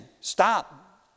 Stop